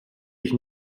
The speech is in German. ich